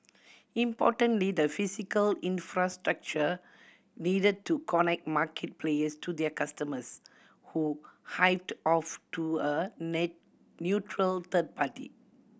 importantly the physical infrastructure needed to connect market players to their customers who hived off to a neutral third party